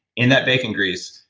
in that bacon grease,